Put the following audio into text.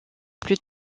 plus